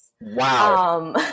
Wow